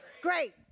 Great